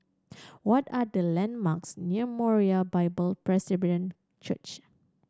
what are the landmarks near Moriah Bible Presby Church